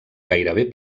gairebé